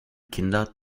kinder